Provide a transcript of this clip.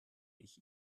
ich